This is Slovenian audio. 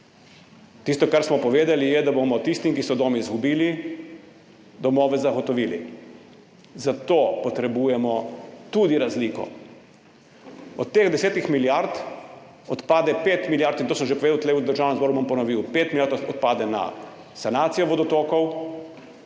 Tisto, kar smo povedali, je, da bomo tistim, ki so dom izgubili, domove zagotovili. Za to potrebujemo tudi razliko. Od teh 10 milijard odpade 5 milijard, in to sem že povedal tukaj v Državnem zboru, bom ponovil, 5 milijard odpade na sanacijo vodotokov,